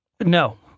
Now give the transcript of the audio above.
No